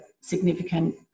significant